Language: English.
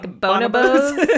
bonobos